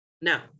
Now